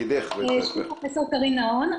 אני פרופ' קרין נהון,